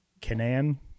Canaan